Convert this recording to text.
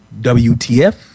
WTF